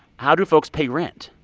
how do folks pay rent,